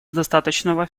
достаточного